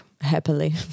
happily